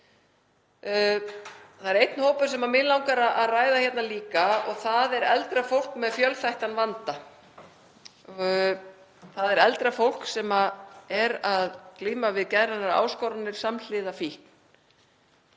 Það er einn hópur sem mig langar að ræða hérna líka og það er eldra fólk með fjölþættan vanda, þ.e. eldra fólk sem er að glíma við geðrænar áskoranir samhliða fíkn.